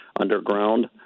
underground